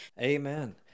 Amen